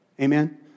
Amen